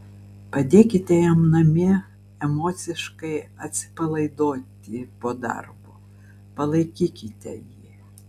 padėkite jam namie emociškai atsipalaiduoti po darbo palaikykite jį